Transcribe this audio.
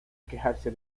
quejarse